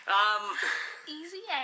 easy